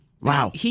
Wow